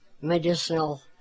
medicinal